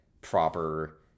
proper